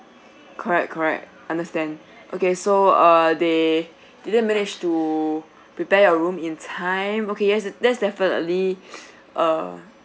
correct correct understand okay so uh they didn't manage to prepare your room in time okay yes that's definitely uh